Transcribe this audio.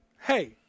hey